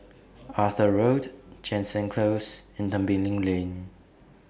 Arthur Road Jansen Close and Tembeling Lane